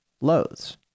loathes